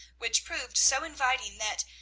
which proved so inviting that,